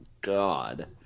God